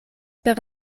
per